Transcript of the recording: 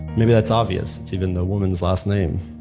maybe that's obvious, it's even the woman's last name.